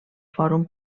fòrum